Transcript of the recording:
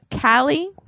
Callie